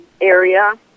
area